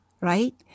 right